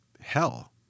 hell